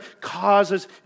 causes